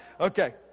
Okay